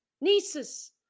nieces